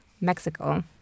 Mexico